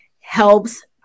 helps